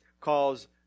calls